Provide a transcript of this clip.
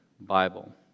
Bible